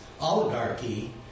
oligarchy